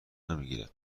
نمیگیره